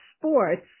sports